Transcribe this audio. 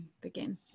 begin